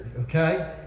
okay